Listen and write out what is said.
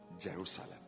Jerusalem